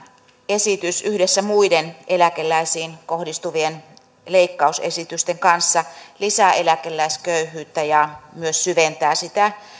esitys yhdessä muiden eläkeläisiin kohdistuvien leikkausesitysten kanssa lisää eläkeläisköyhyyttä ja myös syventää sitä